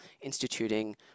instituting